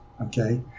Okay